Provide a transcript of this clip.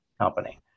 company